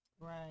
Right